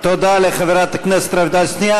תודה לחברת הכנסת רויטל סויד.